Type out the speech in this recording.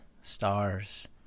stars